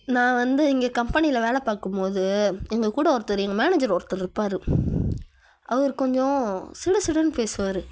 நான் வந்து இங்கே கம்பனியில் வேலை பார்க்கும் போது எங்கள் கூட ஒருத்தர் எங்கள் மேனஜர் ஒருத்தர் இருப்பார் அவர் கொஞ்சம் சிடு சிடுன்னு பேசுவார்